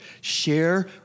Share